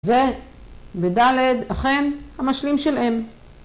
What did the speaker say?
ובד' אכן המשלים של M